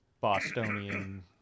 Bostonian